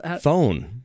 phone